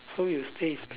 so you stay in city